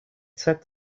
said